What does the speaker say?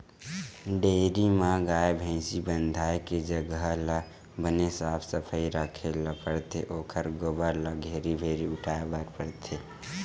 dairy म गाय, भइसी बंधाए के जघा ल बने साफ सफई राखे ल परथे ओखर गोबर ल घेरी भेरी उठाए बर परथे